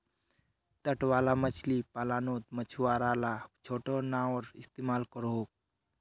तट वाला मछली पालानोत मछुआरा ला छोटो नओर इस्तेमाल करोह